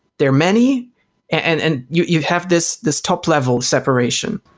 there are many and and you you have this this top-level separation.